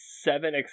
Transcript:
seven